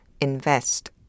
invest